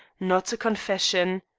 not a confession.